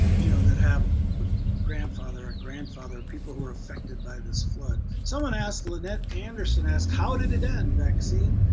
you know, that have but grandfather, a grandfather, people, who are affected by this flu. someone asked, lynette anderson asked, how did it end? vaccine?